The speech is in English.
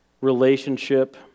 relationship